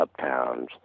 Uptowns